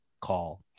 call